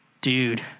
Dude